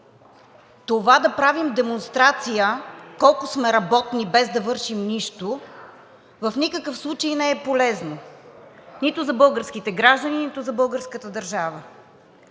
това да правим демонстрация колко сме работни, без да вършим нищо, в никакъв случай не е полезно нито за българските граждани, нито за българската държава.